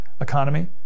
economy